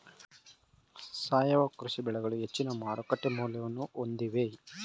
ಸಾವಯವ ಕೃಷಿ ಬೆಳೆಗಳು ಹೆಚ್ಚಿನ ಮಾರುಕಟ್ಟೆ ಮೌಲ್ಯವನ್ನು ಹೊಂದಿವೆ